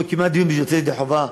או שקיימה דיון בשביל לצאת ידי חובה,